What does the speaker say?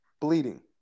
bleeding